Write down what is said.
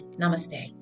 Namaste